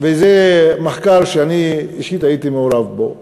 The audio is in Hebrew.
וזה מחקר שאני אישית הייתי מעורב בו,